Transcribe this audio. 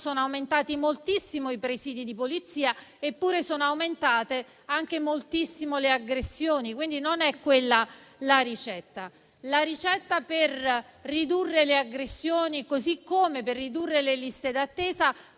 sono aumentati moltissimo, eppure sono aumentate anche moltissimo le aggressioni, quindi non è quella la ricetta. La ricetta per ridurre le aggressioni, così come per ridurre le liste d'attesa,